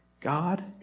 God